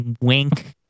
wink